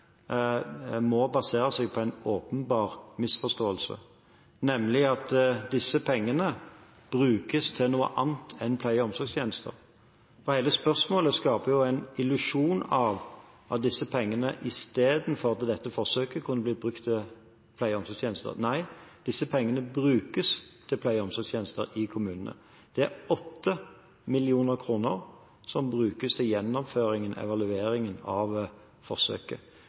må basere seg på en åpenbar misforståelse, nemlig at disse pengene brukes til noe annet enn til pleie- og omsorgstjenester. Hele spørsmålet skaper jo en illusjon om at disse pengene kunne bli brukt til pleie- og omsorgstjenester istedenfor til dette forsøket. Nei, disse pengene brukes til pleie- og omsorgstjenester i kommunene. Det er 8 mill. kr som brukes til gjennomføringen, evalueringen av forsøket.